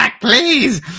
Please